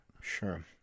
Sure